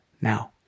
now